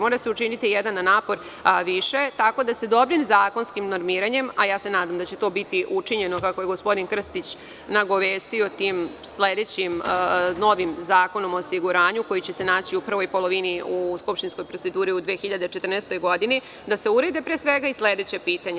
Mora se učiniti jedan napor više, tako da se dobrim zakonskim normiranjem, a nadam se da će to biti učinjeno kako je gospodin Krstić nagovestio tim sledećim novim Zakonom o osiguranju koji će se naći u prvoj polovni u skupštinskoj proceduri u 2014. godini, da se urede pre svega i sledeća pitanja.